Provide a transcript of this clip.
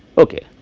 okay